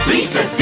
Lisa